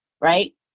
right